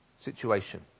situation